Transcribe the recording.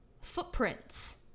footprints